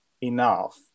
enough